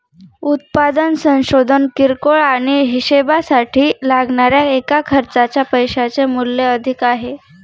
उत्पादन संशोधन किरकोळ आणि हीशेबासाठी लागणाऱ्या एका खर्चाच्या पैशाचे मूल्य आहे